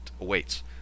awaits